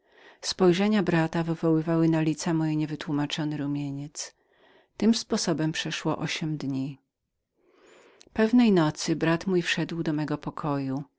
spojrzenia i wywoływał na lica moje niewytłumaczony rumieniec tym sposobem przeszło ośm dni pewnej nocy brat mój wszedł do mego pokoju